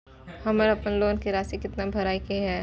हमर अपन लोन के राशि कितना भराई के ये?